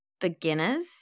beginners